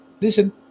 Listen